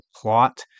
plot